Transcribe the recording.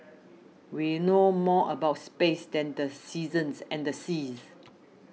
we know more about space than the seasons and the seas